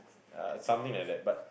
uh something like that but